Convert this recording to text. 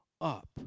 up